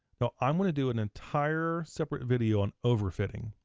now, i'm gonna do an entire, separate video on overfitting,